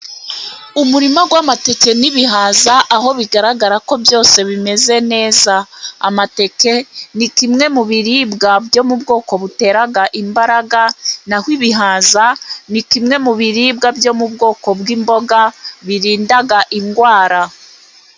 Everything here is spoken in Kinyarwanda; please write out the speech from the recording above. Umurima w'amateke n'ibihaza, aho bigaragara ko byose bimeze neza. Amateke ni kimwe mu biribwa byo mu bwoko butera imbaraga, naho ibihaza ni kimwe mu biribwa byo mu bwoko bw'imboga birinda indwara.